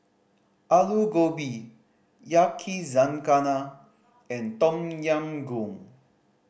Alu Gobi Yakizakana and Tom Yam Goong